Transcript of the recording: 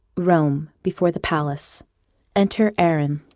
rome. before the palace enter aaron